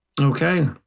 Okay